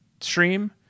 stream